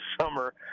summer